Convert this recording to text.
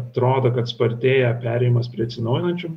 atrodo kad spartėja perėjimas prie atsinaujinančių